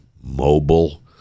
mobile